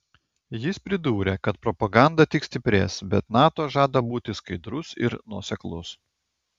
jis pridūrė kad propaganda tik stiprės bet nato žada būti skaidrus ir nuoseklus